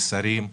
לשרים,